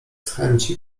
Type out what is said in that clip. chęci